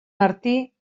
martí